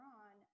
on